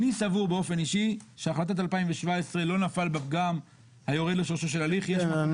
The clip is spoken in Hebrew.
אני באופן אישי סבור שבהחלטת 2017 לא נפל פגם היורד לשורשו של הליך.